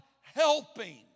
helping